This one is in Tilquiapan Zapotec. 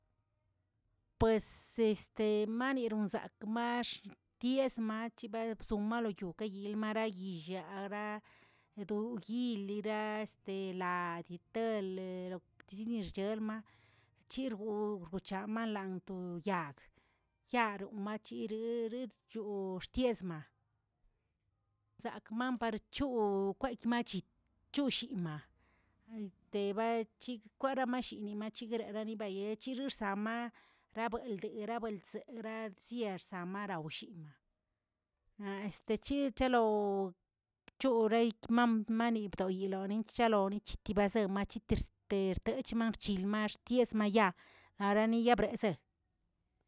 Pues este manironzak max ties mach mabzon maloyoguə yelmarayiya aradokilirast ela chitəlguirmechmaꞌa chirgoꞌ gochaꞌmalanto yag, yaroꞌo machireꞌe chortiesmaꞌ, zakman par choꞌo kweymachi ̱choꞌshimaꞌa, antebachig kwaremashini machigre rarebategueꞌ chixi xssamaꞌ rabuldgə rabuelzegər tiersama ramarushinga, na'a' este chichalo'o choreit mammanibdoyeꞌniloneꞌn chalonen chitimazen machitirte techmarchilxma tiesmayaa yarenibabrezeꞌe.